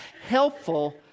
helpful